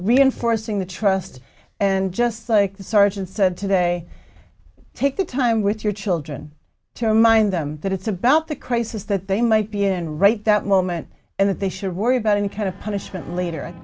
reinforcing the trust and just like the sergeant said today take the time with your children to remind them that it's about the crisis that they might be in right that moment and that they should worry about any kind of punishment later